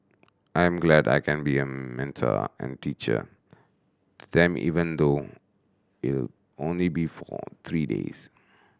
I am glad I can be a mentor and teacher to them even though it'll only be for three days